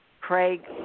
Craig